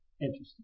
interesting